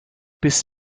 bis